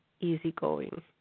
easygoing